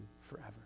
forever